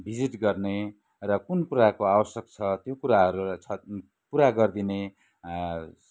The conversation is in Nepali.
भिजिट गर्ने र कुन कुराको आवश्यक छ त्यो कुराहरू छन् पुरा गरदिने